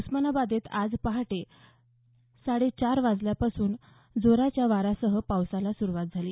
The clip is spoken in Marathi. उस्मानाबादेत आज पहाटे साडे चार वाजल्यापासून जोराच्या वाऱ्यासह पावसाला सुरवात झाली